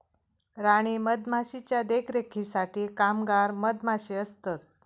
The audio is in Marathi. राणी मधमाशीच्या देखरेखीसाठी कामगार मधमाशे असतत